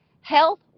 health